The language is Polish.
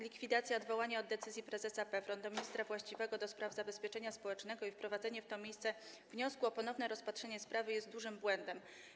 Likwidacja odwołania od decyzji prezesa PFRON do ministra właściwego do spraw zabezpieczenia społecznego i wprowadzenie w to miejsce wniosku o ponowne rozpatrzenie sprawy jest dużym błędem.